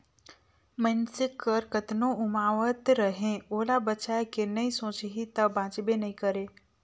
मइनसे हर कतनो उमावत रहें ओला बचाए के नइ सोचही त बांचबे नइ करे